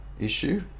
issue